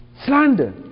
Slander